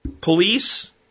Police